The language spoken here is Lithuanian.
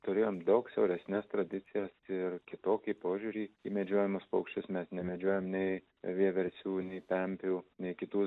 turėjome daug siauresnes tradicijas ir kitokį požiūrį į medžiojamus paukščius mes nemedžiojam nei vieversių nei pempių nei kitų